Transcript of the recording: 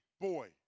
boy